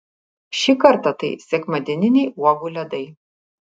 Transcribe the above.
šį kartą tai sekmadieniniai uogų ledai